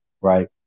Right